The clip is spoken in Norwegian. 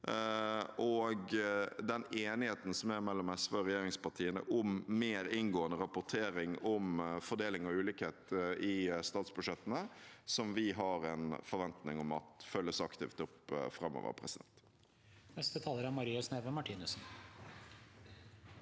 og den enigheten som er mellom SV og regjeringspartiene om mer inngående rapportering på fordeling og ulikhet i statsbudsjettene, som vi har en forventning om at følges aktivt opp framover. Marie Sneve Martinussen